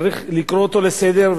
צריך לקרוא אותו לסדר,